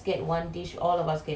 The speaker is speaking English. ya